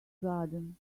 garden